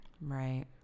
Right